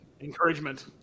encouragement